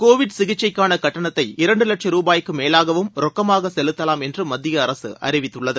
Covid சிகிச்சைக்கான கட்டணத்தை இரண்டு வட்சம் ரூபாய்க்கு மேலாகவும் ரொக்கமாக செலுத்தலாம் என்று மத்திய அரசு அறிவித்துள்ளது